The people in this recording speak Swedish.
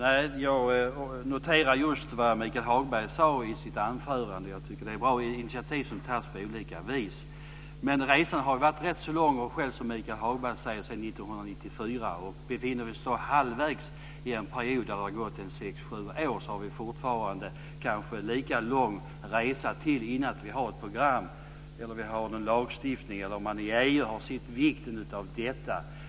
Fru talman! Jag noterade just vad Michael Hagberg sade i sitt anförande. Jag tycker att det är bra initiativ som tas på olika vis. Men resan har varit rätt lång, som Michael Hagberg själv sade, sedan 1994. Om vi befinner oss halvvägs i en period där det har gått sex sju år har vi kanske fortfarande en lika lång resa kvar innan vi har ett program eller en lagstiftning och innan man i EU har insett vikten av detta.